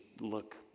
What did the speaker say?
look